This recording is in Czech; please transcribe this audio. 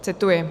Cituji: